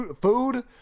food